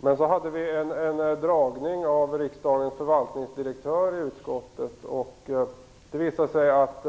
Men vi hade en föredragning av riksdagens förvaltningsdirektör i utskottet, och det visade sig att